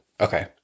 Okay